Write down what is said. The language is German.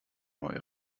neue